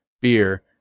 beer